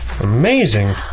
Amazing